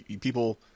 people